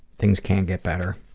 things can get better.